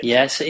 Yes